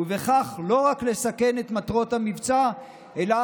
ובכך לא רק לסכן את מטרות המבצע אלא